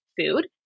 food